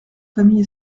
famille